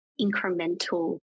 incremental